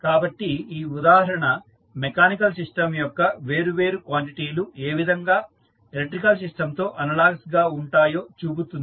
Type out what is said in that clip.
కాబట్టి ఈ ఉదాహరణ మెకానికల్ సిస్టం యొక్క వేరు వేరు క్వాంటిటీ లు ఏ విధంగా ఎలక్ట్రికల్ సిస్టంతో అనలాగస్ గా ఉంటాయో చూపుతుంది